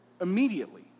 immediately